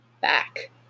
back